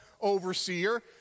overseer